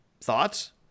Thoughts